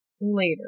later